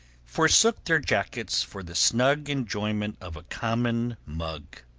forsook their jackets for the snug enjoyment of a common mug.